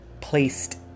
placed